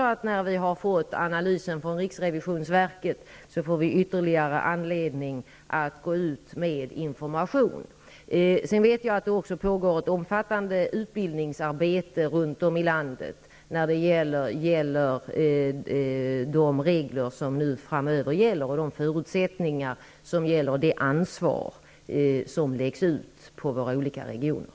När vi har fått analysen från riksrevisionsverket förväntar jag mig att vi får ytterligare anledning att gå ut med mer information. Jag vet också att det pågår ett omfattande utbildningsarbete runt om i landet beträffande de regler som skall gälla framöver, de förutsättningar som finns och det ansvar som läggs ut på våra olika regioner.